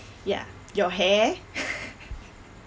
ya your hair